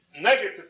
negative